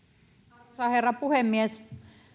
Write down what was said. arvoisa herra puhemies